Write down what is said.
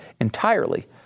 entirely